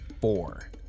four